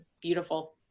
beautiful